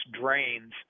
drains